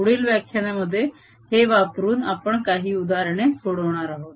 पुढील व्याख्यानामध्ये हे वापरून आपण काही उदाहरणे सोडवणार आहोत